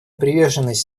приверженность